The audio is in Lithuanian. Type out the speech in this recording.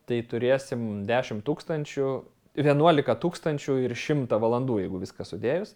tai turėsime dešim tūkstančių vienuolika tūkstančių ir šimtą valandų jeigu viską sudėjus